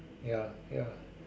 ya ya